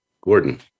gordon